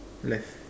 left